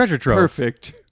perfect